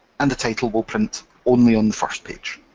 and the title will print only on the first page.